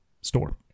store